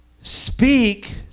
Speak